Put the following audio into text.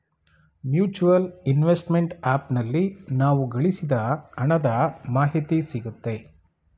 mutual investment app ನಲ್ಲಿ ನಾವು ಗಳಿಸಿದ ಹಣದ ಮಾಹಿತಿ ಸಿಗುತ್ತೆ